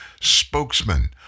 spokesman